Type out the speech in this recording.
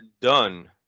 done